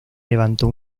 levantó